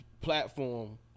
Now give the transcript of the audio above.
platform